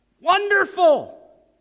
Wonderful